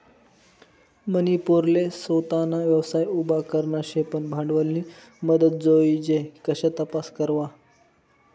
मनी पोरले सोताना व्यवसाय उभा करना शे पन भांडवलनी मदत जोइजे कशा तपास करवा?